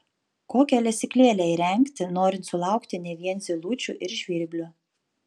kokią lesyklėlę įrengti norint sulaukti ne vien zylučių ir žvirblių